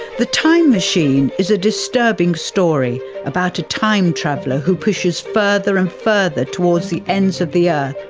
the time machine is a disturbing story about a time traveller who pushes further and further towards the ends of the ah